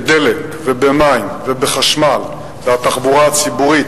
בדלק, במים, בחשמל, בתחבורה הציבורית,